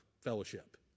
fellowship